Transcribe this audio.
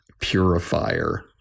purifier